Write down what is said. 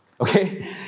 Okay